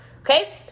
okay